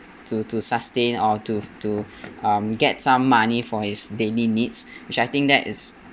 to to sustain or to to um get some money for his daily needs which I think that is